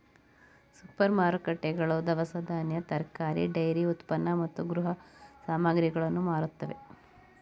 super ಮಾರುಕಟ್ಟೆಗಳು ದವಸ ಧಾನ್ಯ, ತರಕಾರಿ, ಡೈರಿ ಉತ್ಪನ್ನ ಮತ್ತು ಗೃಹ ಸಾಮಗ್ರಿಗಳನ್ನು ಮಾರುತ್ತವೆ